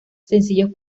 sencillos